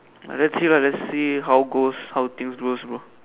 ah let's see lah let's see how goes how things goes bro